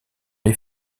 les